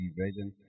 version